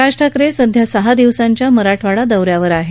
राज ठाकरे सध्या सहा दिवसांच्या मराठवाडा दौऱ्यावर आहेत